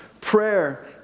Prayer